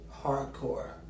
hardcore